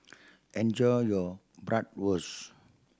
enjoy your Bratwurst